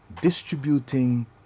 distributing